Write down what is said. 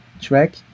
track